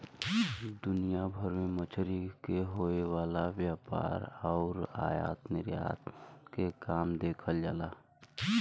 दुनिया भर में मछरी के होये वाला व्यापार आउर आयात निर्यात के काम देखल जाला